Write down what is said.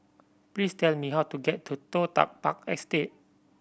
please tell me how to get to Toh Tuck Park Estate